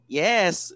yes